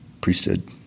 priesthood